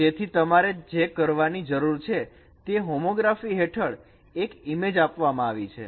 તેથી તમારે જે કરવાની જરૂર છે તે હોમોગ્રાફી હેઠળ એક ઇમેજ આપવામાં આવી છે